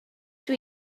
ydw